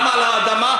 גם על האדמה,